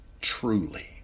truly